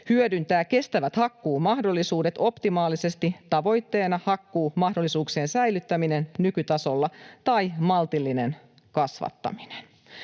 hyödyntää kestävät hakkuumahdollisuudet optimaalisesti tavoitteena hakkuumahdollisuuksien säilyttäminen nykytasolla tai maltillinen kasvattaminen.